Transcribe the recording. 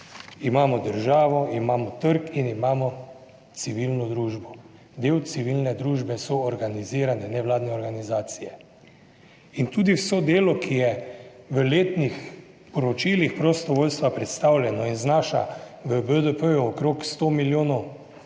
imamo državo, imamo trg in imamo civilno družbo. Del civilne družbe so organizirane nevladne organizacije in tudi vso delo 22. TRAK: (TB) – 16.30 (nadaljevanje) ki je v letnih poročilih prostovoljstva predstavljeno in znaša v BDP okrog 100 milijonov